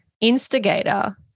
instigator